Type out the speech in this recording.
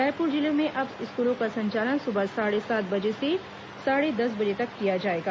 रायपुर जिले में अब स्कूलों का संचालन सुबह साढ़े सात बजे से साढ़े दस बजे तक किया जाएगा